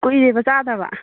ꯀꯨꯏꯔꯦꯕ ꯆꯥꯗꯕ